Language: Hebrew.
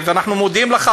אנחנו מודים לך,